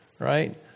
right